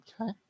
Okay